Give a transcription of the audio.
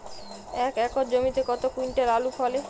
এক একর জমিতে কত কুইন্টাল আলু ফলে?